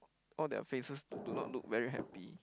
all their faces look do not look very happy